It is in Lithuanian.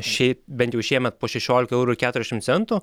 šiaip bent jau šiemet po šešiolika eurų ir keturiasdešim centų